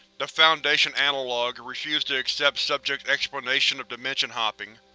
the foundation analogue refused to accept subject's explanation of dimension hopping.